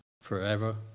forever